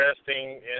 interesting